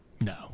No